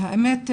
האמת,